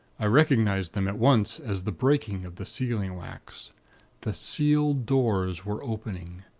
i recognized them at once, as the breaking of the sealing-wax. the sealed doors were opening.